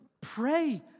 pray